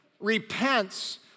repents